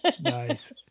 nice